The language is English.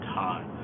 time